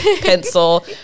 pencil